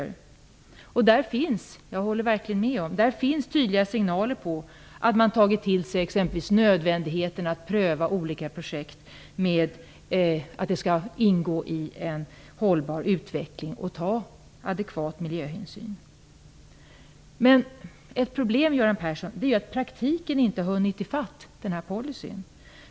Där finns tydliga signaler om - jag håller verkligen med om det - att man har tagit till sig exempelvis nödvändigheten av att pröva att olika projekt ingår i en hållbar utveckling och tar adekvat miljöhänsyn. Ett problem, Göran Persson, är att praktiken inte har hunnit i fatt denna policy.